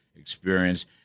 experience